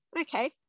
okay